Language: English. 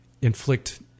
inflict